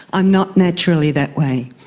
i'm not naturally that way.